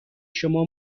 شما